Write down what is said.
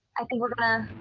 i think we're going